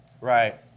Right